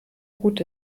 gut